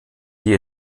die